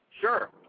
Sure